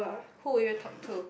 who will you talk to